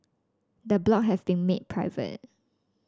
the blog has been made private